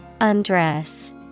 Undress